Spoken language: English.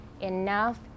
Enough